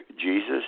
Jesus